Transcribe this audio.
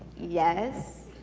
yes?